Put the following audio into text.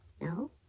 No